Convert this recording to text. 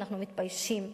אנחנו מתביישים.